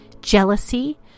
jealousy